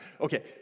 Okay